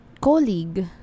colleague